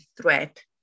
threat